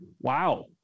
wow